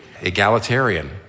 egalitarian